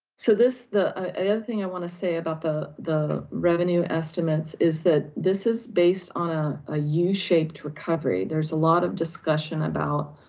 so this, the other thing i wanna say about the the revenue estimates is that this is based on a ah yeah u-shaped recovery. there's a lot of discussion about,